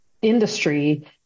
industry